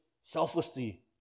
selflessly